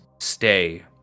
Stay